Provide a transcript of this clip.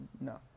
No